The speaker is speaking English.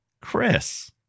Chris